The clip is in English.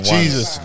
Jesus